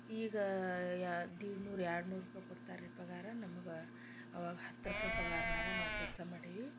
ಈಗ ಯ ದೇಡ್ನೂರು ಎರಡು ನೂರು ರೂಪಾಯಿ ಕೊಡ್ತಾರಿ ಪಗಾರ ನಮ್ಗೆ ಅವಾಗ ಹತ್ತು ರೂಪಾಯಿ ಪಗಾರ್ನ್ಯಾಗ ನಾವು ಕೆಲಸ ಮಾಡೀವಿ